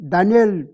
Daniel